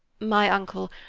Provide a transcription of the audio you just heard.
my uncle.